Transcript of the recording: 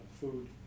food